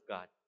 God